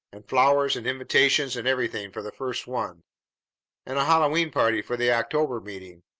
and flowers and invitations and everything, for the first one and a hallowe'en party for the october meeting,